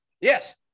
Yes